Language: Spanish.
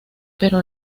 pero